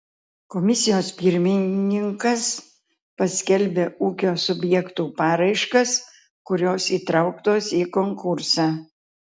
komisijos pirmininkas paskelbia ūkio subjektų paraiškas kurios įtrauktos į konkursą